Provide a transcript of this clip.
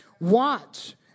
watch